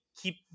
keep